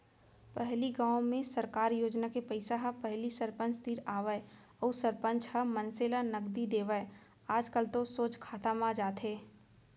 पहिली गाँव में सरकार योजना के पइसा ह पहिली सरपंच तीर आवय अउ सरपंच ह मनसे ल नगदी देवय आजकल तो सोझ खाता म जाथे